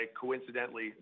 coincidentally